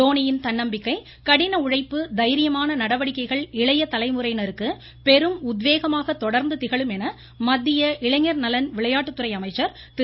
தோனியின் தன்னம்பிக்கை கடின உழைப்பு தைரியமான நடவடிக்கைகள் இளைய தலைமுறையினருக்கு பெரும் உத்வேகமாக தொடர்ந்து திகழும் என மத்திய இளைஞர் நலன் விளையாட்டுத்துறை அமைச்சர் திரு